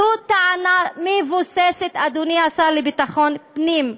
זאת טענה מבוססת, אדוני השר לביטחון פנים.